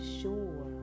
sure